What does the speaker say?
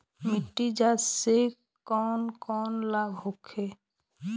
मिट्टी जाँच से कौन कौनलाभ होखे?